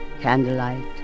candlelight